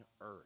earth